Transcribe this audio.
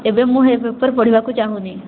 ଏବେ ମୁଁ ସେ ପେପର୍ ପଢ଼ିବାକୁ ଚାହୁଁନି